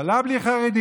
ממשלה בלי חרדים,